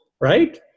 right